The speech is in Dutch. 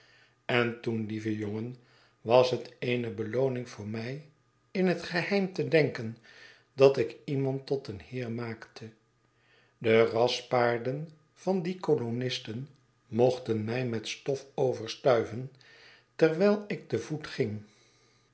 en toen lieve jongen was het eene belooning voor mij in het geheim te denken dat ik iemand tot een heer maakte de raspaarden van die kolonisten mochten mij metstof overstuiven terwijl ik te voet ging